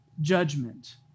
judgment